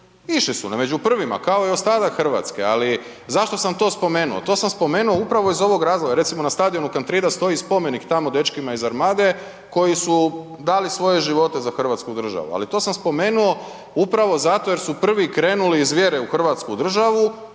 išli su među prvima kao i ostatak Hrvatske. Ali zašto sam to spomenuo? To sam spomenuo upravo iz ovog razloga, recimo na stadionu Kantrida stoji spomenik tamo dečkima iz Armade koji su dali svoje živote za Hrvatsku državu, ali to sam spomenuo upravo zato jer su prvi krenuli iz vjere u Hrvatsku državu,